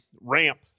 ramp